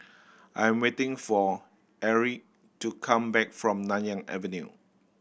I am waiting for Erie to come back from Nanyang Avenue